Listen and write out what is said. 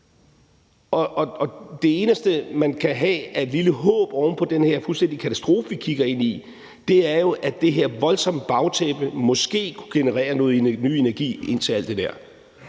Det eneste, man kan have af et lille håb oven på den her fuldstændige katastrofe, vi kigger ind i, er jo, at det her voldsomme bagtæppe måske kunne generere noget ny energi ind i alt det der.